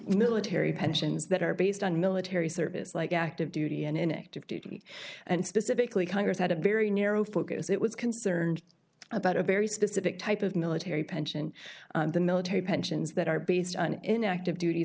military pensions that are based on military service like active duty and in active duty and specifically congress had a very narrow focus it was concerned about a very specific type of military pension the military pensions that are based on an active duty